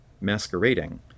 masquerading